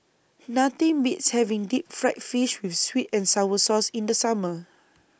Nothing Beats having Deep Fried Fish with Sweet and Sour Sauce in The Summer